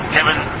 Kevin